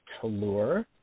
Talur